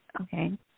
Okay